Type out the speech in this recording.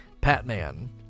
Patman